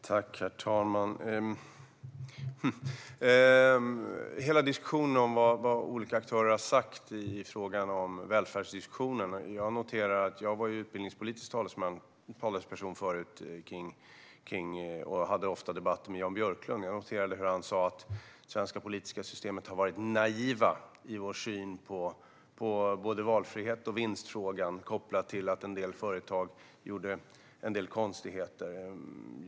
Herr talman! Låt mig säga något om hela diskussionen om vad olika aktörer har sagt i fråga om välfärden. När jag var utbildningspolitisk talesperson förut debatterade jag ofta med Jan Björklund. Jag noterade hur han sa att vi i det svenska politiska systemet har varit naiva i vår syn på både valfrihet och vinstfrågan i samband med att en del företag gjorde en del konstigheter.